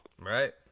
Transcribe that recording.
Right